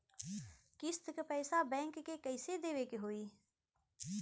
किस्त क पैसा बैंक के कइसे देवे के होई?